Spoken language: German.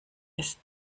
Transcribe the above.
ist